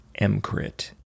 MCRIT